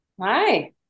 Hi